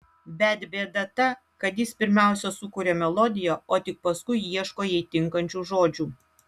bet bėda ta kad jis pirmiausia sukuria melodiją o tik paskui ieško jai tinkančių žodžių